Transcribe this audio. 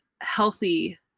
healthy